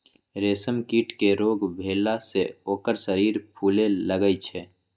रेशम कीट के रोग भेला से ओकर शरीर फुले लगैए छइ